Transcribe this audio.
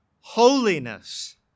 holiness